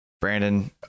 Brandon